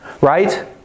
right